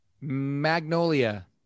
Magnolia